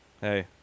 Hey